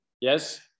Yes